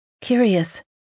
Curious